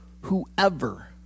whoever